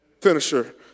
Finisher